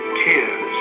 tears